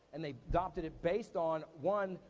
and they adopted it based on, one,